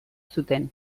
zuten